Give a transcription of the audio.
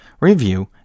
review